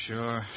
Sure